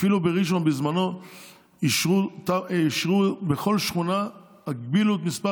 אפילו בראשון בזמנו בכל שכונה הגבילו את מספר